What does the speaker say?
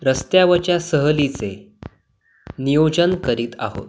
रस्त्यावरच्या सहलीचे नियोजन करीत आहोत